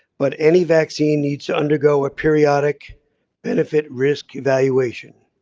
but any vaccine needs to undergo a periodic benefit risk evaluation.